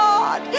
God